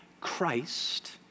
Christ